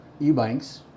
Ebanks